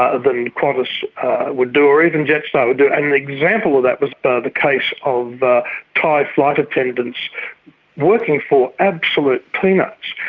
ah than qantas would do, or even jetstar would do. and an example of that was but the case of thai flight attendants working for absolute peanuts,